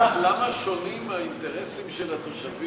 יש לי רק שאלה: למה שונים האינטרסים של התושבים